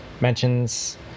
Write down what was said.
mentions